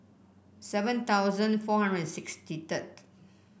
seven thousand four hundred sixty threerd